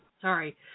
Sorry